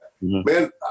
man